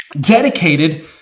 dedicated